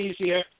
easier